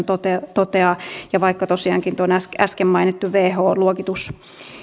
toteaa toteaa ja vaikka tosiaankin tuo äsken mainittu who luokitus